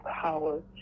power